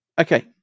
okay